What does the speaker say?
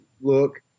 look